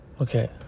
Okay